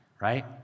right